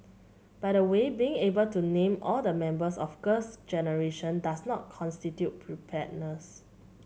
by the way being able to name all the members of Girls Generation does not constitute preparedness